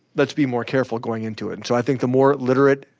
let's be more careful going into it. and so i think the more literate,